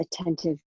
attentive